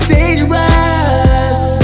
Dangerous